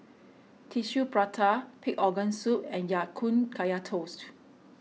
Tissue Prata Pig Organ Soup and Ya Kun Kaya Toast